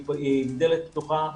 היא עם דלת פתוחה,